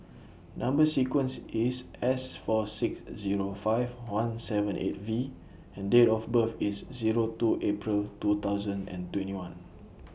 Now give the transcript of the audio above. Number sequence IS S four six Zero five one seven eight V and Date of birth IS Zero two April two thousand and twenty one